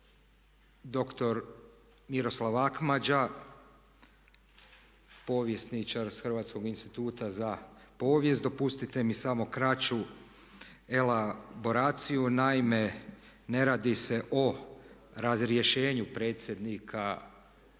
dr. Miroslav Akmađa, povjesničar s Hrvatskog instituta za povijest. Dopustite mi samo kraću elaboraciju. Naime, ne radi se o razrješenju predsjednika Upravnoga